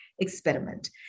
Experiment